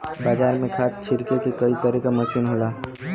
बाजार में खाद छिरके के कई तरे क मसीन होला